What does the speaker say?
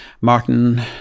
Martin